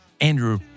Andrew